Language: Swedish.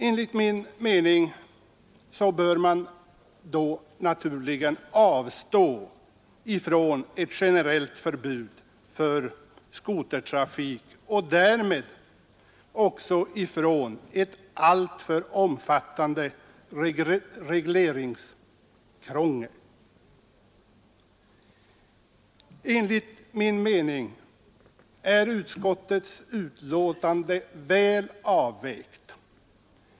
Enligt min mening bör man då naturligen avstå från ett generellt förbud mot skotertrafik och därmed också från ett alltför omfattande regleringskrångel. Jag anser att utskottets betänkande är väl avvägt.